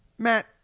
Matt